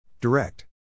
direct